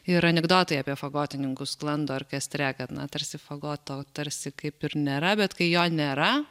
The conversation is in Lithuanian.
ir anekdotai apie fagotininkus sklando orkestre kad na tarsi fagoto tarsi kaip ir nėra bet kai jo nėra